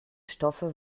stoffe